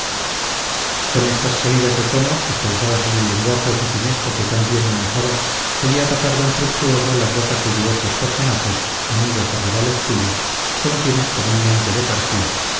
con estas salidas de tono expresadas en el lenguaje oficinesco que tan bien manejaba solía tapar d fructuoso las bocas de diversos personajes amigos o rivales suyos con quienes comúnmente departía